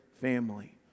family